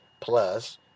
plus